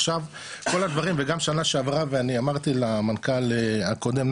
עכשיו כל הדברים וגם שנה שעברה ואני אמרתי למנכ"ל הקודם,